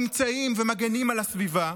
נמצאים ומגינים על הסביבה,